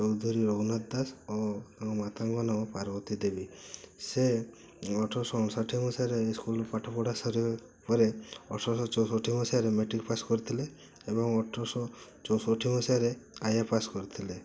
ଚୌଧୁରୀ ରଘୁନାଥ ଦାସ ଓ ତାଙ୍କ ମାତାଙ୍କ ନାମ ପାର୍ବତୀ ଦେବୀ ସେ ଅଠରଶହ ଅଣଷଠି ମସିହାରେ ଏଇ ସ୍କୁଲ୍ରୁ ପାଠପଢ଼ା ସାରିବା ପରେ ଅଠରଶହ ଚଉଷଠି ମସିହାରେ ମେଟ୍ରିକ୍ ପାସ୍ କରିଥିଲେ ଏବଂ ଅଠରଶହ ଚଉଷଠି ମସିହାରେ ଆଇଏ ପାସ୍ କରିଥିଲେ